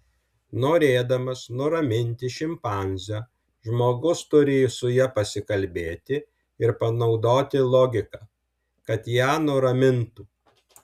norėdamas nuraminti šimpanzę žmogus turi su ja pasikalbėti ir panaudoti logiką kad ją nuramintų